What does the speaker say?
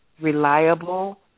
reliable